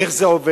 איך זה עובד.